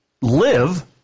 live